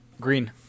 Green